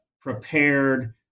prepared